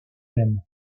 même